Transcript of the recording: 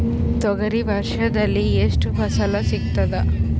ತೊಗರಿ ವರ್ಷದಲ್ಲಿ ಎಷ್ಟು ಫಸಲ ಸಿಗತದ?